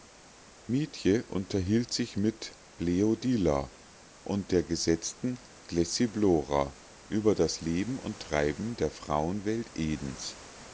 mietje unterhielt sich mit bleodila und der gesetzten glessiblora über das leben und treiben der frauenwelt edens